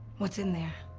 what's in there?